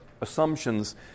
assumptions